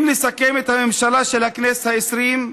אם נסכם את הממשלה של הכנסת העשרים,